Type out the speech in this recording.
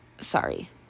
sorry